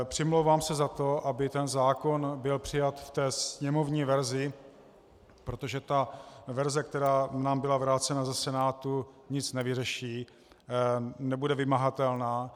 Přimlouvám se za to, aby byl zákon přijat ve sněmovní verzi, protože verze, která nám byla vrácena ze Senátu, nic nevyřeší, nebude vymahatelná.